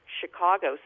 chicago